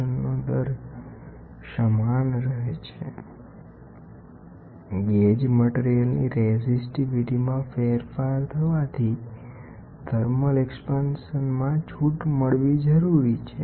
strain ગેજમાં ઉપયોગમાં લેવાતી મેટલને એવી રીતે પસંદ કરવી જોઇએ અને તેને એવી રીતે ટ્રીટમેન્ટ આપવી જોઇએ કે જેથી ગેજ મટિરિયલની રેઝીસ્ટીવીટીમાં ફેરફાર થવાથી થર્મલ વિસ્તરણમાં છૂટ મળવી જરૂરી છે